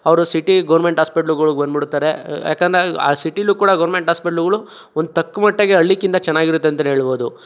ಅವರು city government ಆಸ್ಪೆಟ್ಲ್ಗಳ್ಗ್ ಬನ್ಬಿಡ್ತಾರೆ ಯಾಕಂದರೆ ಆ ಸಿಟಿಲು ಕೂಡ ಗೌರ್ಮೆಂಟ್ ಆಸ್ಪೆಟ್ಲ್ಗಳು ಒಂದು ತಕ್ಮಟ್ಟಿಗೆ ಹಳ್ಳಿಕ್ಕಿಂತ ಚೆನ್ನಾಗಿರುತ್ತೆ ಅಂತ ಹೇಳ್ಬೌದು